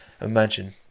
Imagine